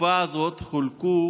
בתקופה הזאת חולקו